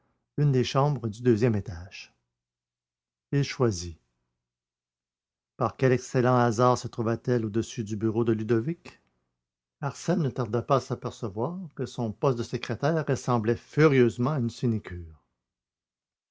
une des chambres du deuxième étage il choisit par quel excellent hasard se trouva t elle au-dessus du bureau de ludovic arsène ne tarda pas à s'apercevoir que son poste de secrétaire ressemblait furieusement à une sinécure